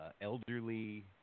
elderly